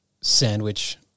sandwich